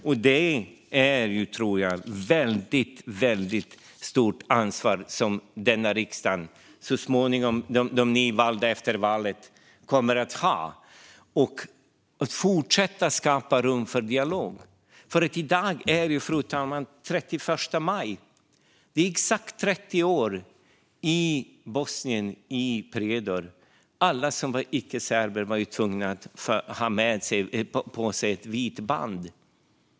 Jag tror att det blir ett väldigt stort ansvar för de efter valet nyvalda till riksdagen att fortsätta skapa rum för dialog. Fru talman! I dag är det den 31 maj. Det är exakt 30 år sedan det bestämdes att alla i Prijedor i Bosnien som var icke-serber var tvungna att ha på sig ett vitt band.